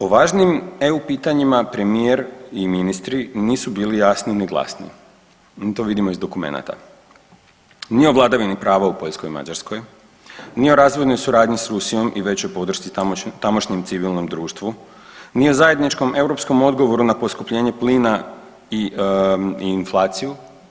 O važnijim eu pitanjima premijer i ministri nisu bili jasni ni glasni, mi to vidimo iz dokumenata, ni o vladavini prava u Poljskoj i Mađarskoj, ni o razvojnoj suradnji s Rusijom i većoj podršci tamošnjem civilnom društvu, ni o zajedničkom europskom odgovoru na poskupljenje plina i inflaciju.